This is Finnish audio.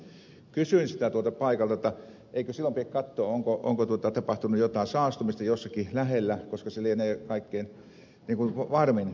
kysyin sitä tuolta paikalta jotta eikö silloin pidä katsoa onko tapahtunut jotain saastumista jossakin lähellä koska se lienee kaikkein varmin juttu